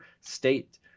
state